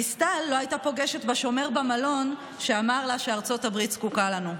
דיסטל לא הייתה פוגשת בשומר במלון שאמר לה שארצות הברית זקוקה לנו.